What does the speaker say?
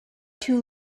two